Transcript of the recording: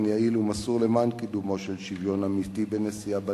יעיל ומסור למען קידומו של שוויון אמיתי בנשיאה בנטל,